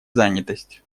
занятость